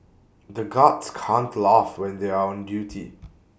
the guards can't laugh when they are on duty